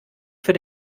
für